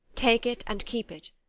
take it and keep it,